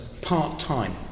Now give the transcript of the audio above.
part-time